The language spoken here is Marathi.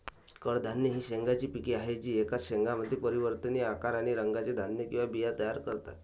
कडधान्ये ही शेंगांची पिके आहेत जी एकाच शेंगामध्ये परिवर्तनीय आकार आणि रंगाचे धान्य किंवा बिया तयार करतात